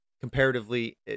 comparatively